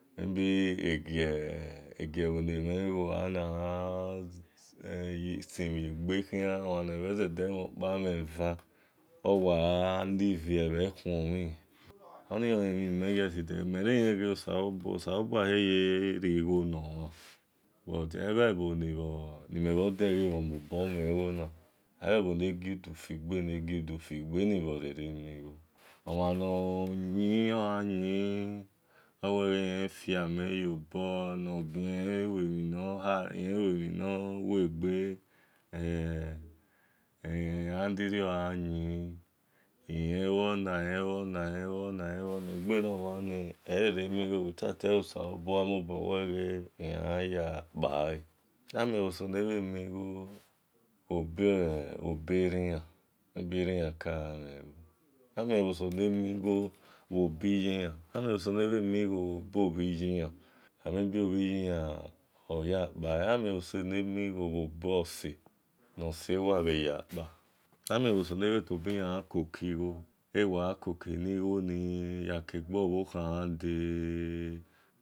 Maybe igie bhe ne mhen igho khia na gha simhien egbe khia omha ne-zede mhon okpa mhen eva owa gha like ebhe khuonmhin mhe relen osabua ri-egho nomha a abhi ebho ne gi udu, figbe, nagi udufigbe iyan re-re mion, omhan noyio elue mhin no use gbe iyen luo na, iyin luona egbe nomhani ere remi-igho oh without elo-salobua whe okhian yakpale amien ebho so oo ne bhe mi-igho bho-be eri-ya amien obho so na mi-igho bho-obiyiyan, abhe miebho so nebhe mi-igho bho bi otiyan, amien ebho eso mene wamie bho obor ose, nose-wa-ya kpa, amien ebho so netobiyan gha koki-igho ewa gha koke eni-igho nini ni kegbo-bhokan ya deee